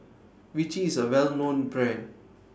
Vichy IS A Well known Brand